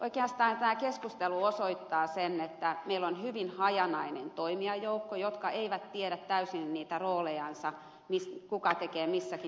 oikeastaan tämä keskustelu osoittaa sen että meillä on hyvin hajanainen joukko toimijoita jotka eivät tiedä täysin niitä roolejansa kuka tekee missäkin kohdin